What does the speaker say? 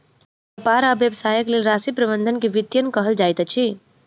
व्यापार आ व्यवसायक लेल राशि प्रबंधन के वित्तीयन कहल जाइत अछि